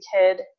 kid